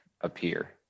appear